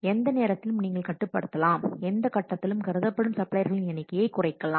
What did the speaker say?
எந்த நேரத்திலும் நீங்கள் கட்டுப்படுத்தலாம் எந்த கட்டத்திலும் கருதப்படும் சப்ளையர்களின் எண்ணிக்கையை குறைக்கலாம்